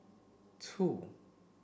two